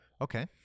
okay